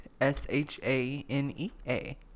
S-H-A-N-E-A